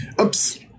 Oops